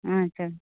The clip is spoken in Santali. ᱟᱪᱪᱷᱟ